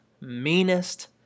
meanest